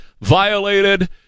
violated